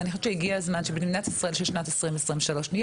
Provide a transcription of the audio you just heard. ואני חושבת שהגיע הזמן שבמדינת ישראל של שנת 2023 נהיה